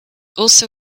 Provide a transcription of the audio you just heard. also